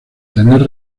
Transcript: tener